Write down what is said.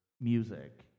music